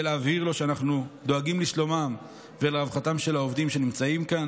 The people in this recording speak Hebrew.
להבהיר לו שאנחנו דואגים לשלומם ולרווחתם של העובדים שנמצאים כאן,